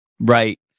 Right